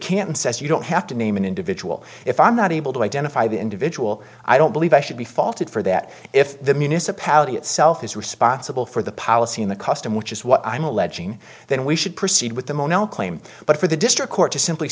canton says you don't have to name an individual if i'm not able to identify the individual i don't believe i should be faulted for that if the municipality itself is responsible for the policy in the custom which is what i'm alleging then we should proceed with the mono claim but for the district court to simply